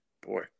boy